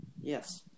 Yes